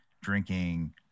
drinking